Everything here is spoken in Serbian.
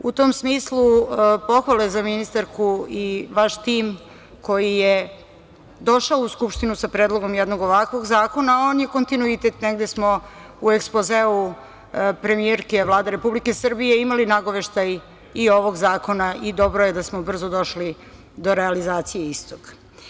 U tom smislu, pohvale za ministarku i vaš tim koji je došao u Skupštinu sa predlogom jednog ovakvog zakona, a on je kontinuitet, negde smo u ekspozeu premijerke Vlade Republike Srbije imali nagoveštaj i ovog zakona i dobro je da smo brzo došli do realizacije istog.